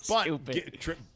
stupid